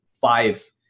five